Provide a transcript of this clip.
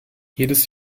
jedes